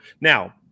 Now